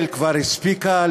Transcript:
היפה.